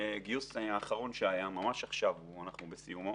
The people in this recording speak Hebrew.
הגיוס האחרון שהיה, ממש עכשיו אנחנו בסיומו,